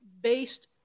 based